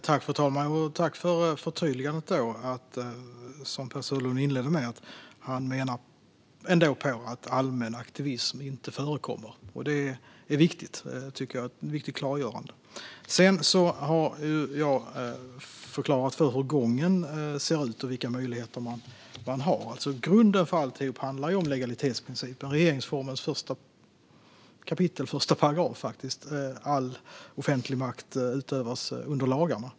Fru talman! Tack, Per Söderlund, för förtydligandet! Per Söderlund menar alltså ändå att allmän aktivism inte förekommer. Det är ett viktigt klargörande, tycker jag. Sedan har jag förklarat hur gången ser ut och vilka möjligheter man har. Grunden är ju legalitetsprincipen, som 1 kap. 1 §. regeringsformen: All offentlig makt utövas under lagarna.